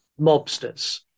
mobsters